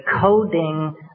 coding